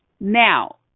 Now